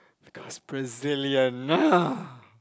because Brazilian